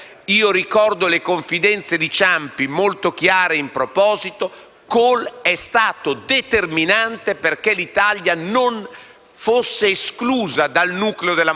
Kohl è stato determinante affinché l'Italia non fosse esclusa dal nucleo della moneta unica. È stato veramente un grande amico dell'Italia